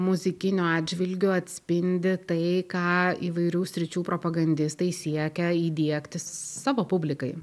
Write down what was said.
muzikiniu atžvilgiu atspindi tai ką įvairių sričių propagandistai siekia įdiegti savo publikai